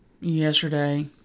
yesterday